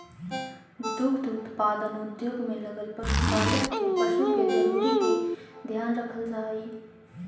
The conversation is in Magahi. दुग्ध उत्पादन उद्योग में लगल पशुपालक के पशु के जरूरी के ध्यान रखल जा हई